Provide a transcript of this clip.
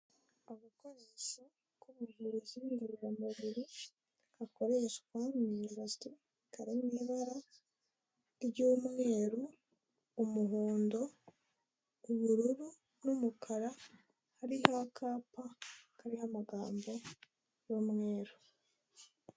Agakoresho ko mu ngingo z'inyunganiramubiri, gakoreshwa mu ijosi, kari mu ibara ry'umweru, umuhondo, ubururu, n'umukara. Kariho akapa kariho magambo y'umweru.